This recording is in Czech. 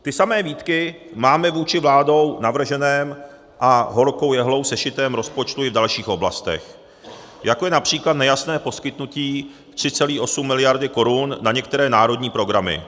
Ty samé výtky máme vůči vládou navrženému a horkou jehlou sešitému rozpočtu i v dalších oblastech, jako je například nejasné poskytnutí 3,8 miliardy korun na některé národní programy.